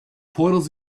portals